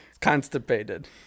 Constipated